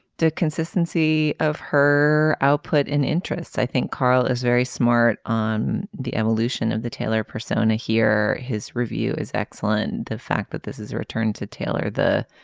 the consistency of her output and interests i think carl is very smart on the evolution of the taylor persona here. his review is excellent. the fact that this is a return to taylor the